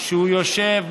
שהוא יושב,